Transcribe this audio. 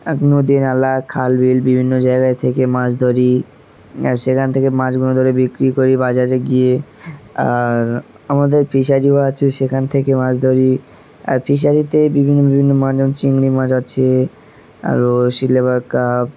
এক নদী নালা খাল বিল বিভিন্ন জায়গায় থেকে মাছ ধরি আর সেখান থেকে মাছগুলো ধরে বিক্রি করি বাজারে গিয়ে আর আমাদের ফিশারিও আছে সেখান থেকে মাছ ধরি আর ফিশারিতে বিভিন্ন বিভিন্ন মাছ যেমন চিংড়ি মাছ আছে আরও সলেভার কাপ